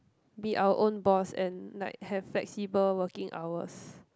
be our own boss and like have flexible working hours